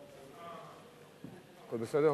הכול בסדר?